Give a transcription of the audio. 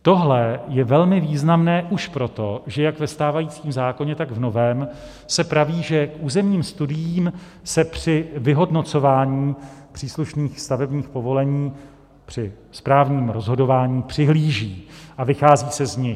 Tohle je velmi významné už proto, že jak ve stávajícím zákoně, tak v novém se praví, že k územním studiím se při vyhodnocování příslušných stavebních povolení, při správním rozhodování přihlíží a vychází se z nich.